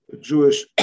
Jewish